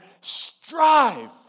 strive